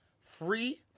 free